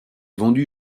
vendu